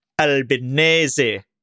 albinese